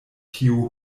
tiu